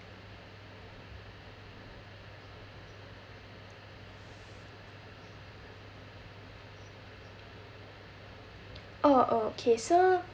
oh oh K so